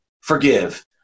forgive